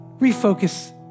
refocus